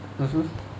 mmhmm